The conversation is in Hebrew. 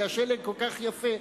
כי השלג כל כך יפה,